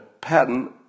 patent